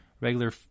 regular